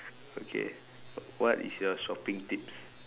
okay what is your shopping tips